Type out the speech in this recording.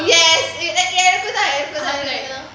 yes எனக்கும் தான் எனக்கும் தான்:enakkum thaan enakkum thaan